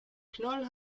knoll